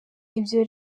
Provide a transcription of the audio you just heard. ibyo